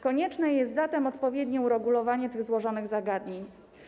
Konieczne jest zatem odpowiednie uregulowanie tych złożonych zagadnień.